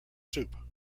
soup